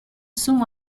soon